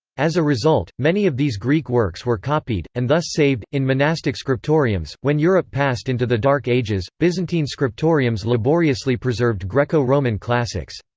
as a result, many of these greek works were copied, and thus saved, in monastic scriptoriums when europe passed into the dark ages, byzantine scriptoriums laboriously preserved greco-roman classics.